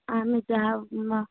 ଆମେ ଯାହା